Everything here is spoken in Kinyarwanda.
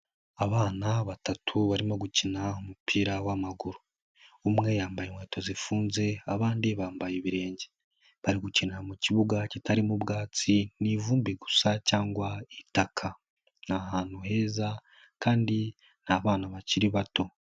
Abana batatu barimo gukina umupira w'amaguru umwe yambaye inkweto zifunze abandi bambaye ibirenge, bari gukinira mu kibuga kitarimo ubwatsi, ni ivumbi gusa cyangwa itaka, ni ahantu heza kandi n'abana bakiri bato.